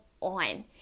on